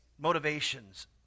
motivations